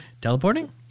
teleporting